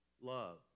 love